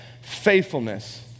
faithfulness